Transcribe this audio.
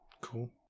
Cool